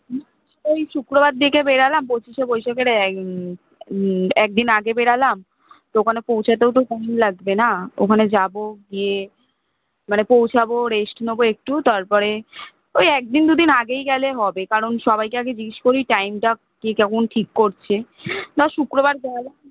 ওই শুক্রবার দেখে বেরোলাম পঁচিশে বৈশাখের এগ একদিন আগে বেরোলাম তো ওখানে পৌঁছাতেও তো সময় লাগবে না ওখানে যাবো গিয়ে মানে পৌঁছাবো রেস্ট নেবো একটু তারপরে ওই এক দিন দু দিন আগেই গেলে হবে কারণ সবাইকে আগে জিজ্ঞেস করি টাইমটা কে কেমন ঠিক করছে ধর শুক্রবার গেলাম